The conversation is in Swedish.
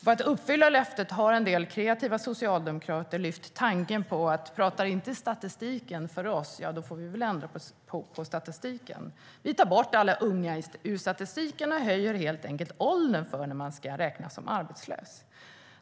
För att uppfylla löftet har nu en del kreativa socialdemokrater lyft tanken på att om inte statistiken talar för dem får de ändra på statistiken och ta bort alla unga och höja åldern för när man ska räknas som arbetslös.